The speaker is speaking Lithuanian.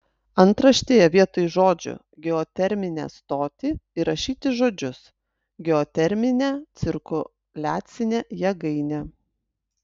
antraštėje vietoj žodžių geoterminę stotį įrašyti žodžius geoterminę cirkuliacinę jėgainę